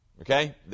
Okay